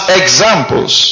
examples